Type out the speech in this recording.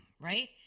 right